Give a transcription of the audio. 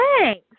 Thanks